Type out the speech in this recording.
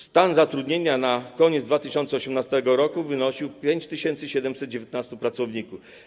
Stan zatrudnienia na koniec 2018 r. wynosił 5719 pracowników.